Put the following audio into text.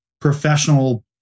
professional